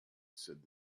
said